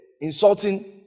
insulting